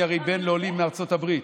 אני הרי בן לעולים מארצות הברית,